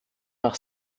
nach